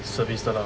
service 的 lah